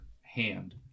hand